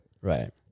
Right